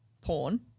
porn